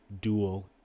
dual